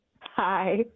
Hi